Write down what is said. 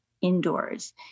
indoors